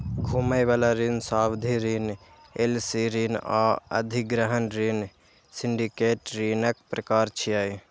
घुमै बला ऋण, सावधि ऋण, एल.सी ऋण आ अधिग्रहण ऋण सिंडिकेट ऋणक प्रकार छियै